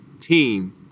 team